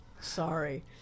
Sorry